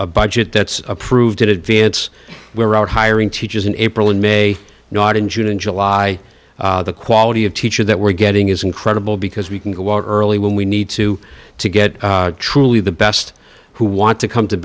a budget that's approved in advance we're out hiring teachers in april and may not in june and july the quality of teachers that we're getting is incredible because we can go early when we need to to get truly the best who want to come to